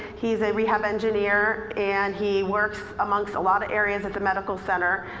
he's a rehab engineer and he works amongst a lot of areas at the medical center.